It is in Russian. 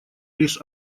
лишь